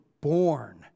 born